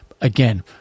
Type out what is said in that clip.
again